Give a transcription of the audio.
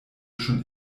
schon